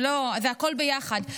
זה הכול ביחד.